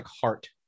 heart